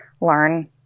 learn